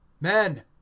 men